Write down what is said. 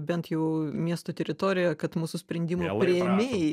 bent jau miesto teritorijoje kad mūsų sprendimų priėmėjai